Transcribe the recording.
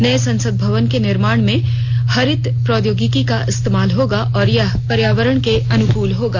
नए संसद भवन के निर्माण में हरित प्रौद्योगिकी का इस्तेमाल होगा और यह पर्यावरण के अनुकूल होगा